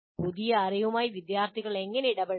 പുതിയ അറിവുമായി വിദ്യാർത്ഥികളെ എങ്ങനെ ഇടപഴകും